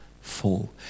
fall